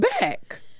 back